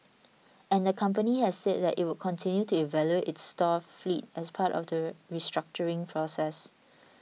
and the company has said that it would continue to evaluate its store fleet as part of the restructuring process